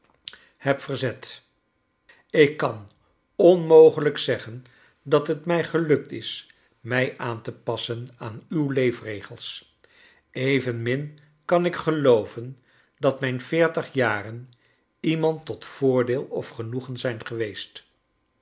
heb verzet ik kan onrnogelijk zeggen dat het mij gelukt is mij aan te passen aan uw leefregels evenmin kan ik gelooven dat mijn veertig jaren iemand tot voordeel of genoegen zijn geweest